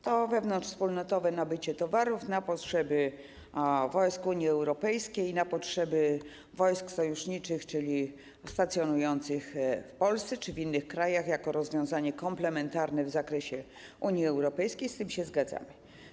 To wewnątrzwspólnotowe nabycie towarów na potrzeby wojsk Unii Europejskiej, na potrzeby wojsk sojuszniczych, czyli stacjonujących w Polsce czy w innych krajach, jako rozwiązanie komplementarne w zakresie Unii Europejskiej - z tym się zgadzamy.